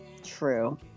true